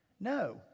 No